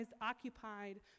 occupied